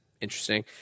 interesting